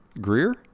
Greer